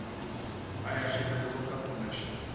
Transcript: um cause i actually had to look up the mission,